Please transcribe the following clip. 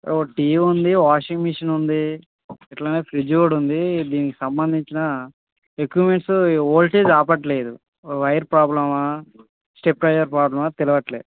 ఒక టీవీ ఉంది washing machine ఉంది అట్లనే ఫ్రిజ్ కూడా ఉంది దీనికి సంబంధించిన ఎక్కువ మినిట్సు ఓల్టేజ్ ఆపట్లేదు వైర్ ప్రాబ్లమా స్టెబిలైజర్ ప్రాబ్లమా తెలియట్లేదు